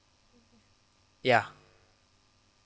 ya